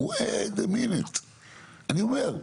אני אומר,